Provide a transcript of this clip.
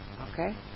Okay